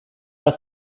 bat